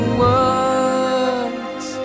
words